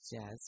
jazz